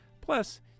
Plus